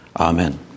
Amen